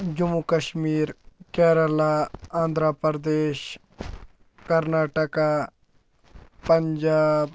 Jammu Kashmir Kerala Andhra Pradesh Karnataka Punjab